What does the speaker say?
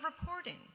reporting